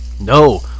No